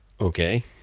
Okay